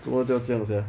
做么这样子 ah